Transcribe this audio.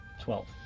Twelve